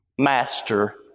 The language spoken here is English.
Master